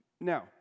Now